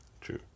true